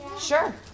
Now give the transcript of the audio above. Sure